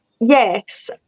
Yes